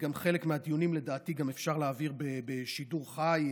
חלק מהדיונים לדעתי אפשר גם להעביר בשידור חי.